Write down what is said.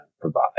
provide